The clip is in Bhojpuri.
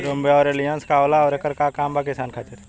रोम्वे आउर एलियान्ज का होला आउरएकर का काम बा किसान खातिर?